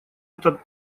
это